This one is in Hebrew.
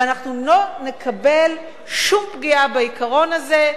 ואנחנו לא נקבל שום פגיעה בעיקרון הזה,